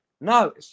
No